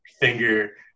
finger